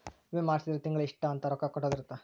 ವಿಮೆ ಮಾಡ್ಸಿದ್ರ ತಿಂಗಳ ಇಷ್ಟ ಅಂತ ರೊಕ್ಕ ಕಟ್ಟೊದ ಇರುತ್ತ